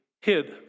hid